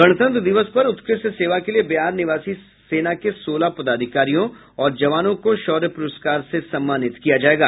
गणतंत्र दिवस पर उत्कृष्ट सेवा के लिये बिहार निवासी सेना के सोलह पदाधिकारियों और जवानों को शौर्य पुरस्कार से सम्मानित किया जायेगा